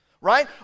right